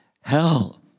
Hell